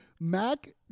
Mac